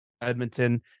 Edmonton